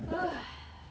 !hais!